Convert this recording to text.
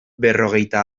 berrogeita